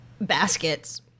baskets